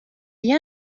wie